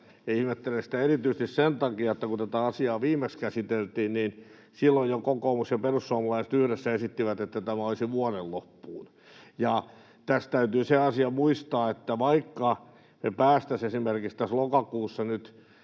ja ihmettelen sitä erityisesti sen takia, että kun tätä asiaa viimeksi käsiteltiin, jo silloin kokoomus ja perussuomalaiset yhdessä esittivät, että tämä olisi vuoden loppuun. Tässä täytyy muistaa se asia, että vaikka me päästäisiin esimerkiksi nyt tässä lokakuussa